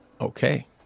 Okay